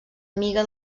amiga